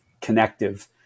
connective